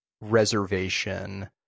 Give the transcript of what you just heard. reservation